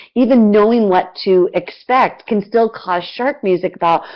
even knowing what to expect can still cause shark music thought,